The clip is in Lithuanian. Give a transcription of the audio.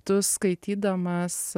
tu skaitydamas